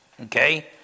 Okay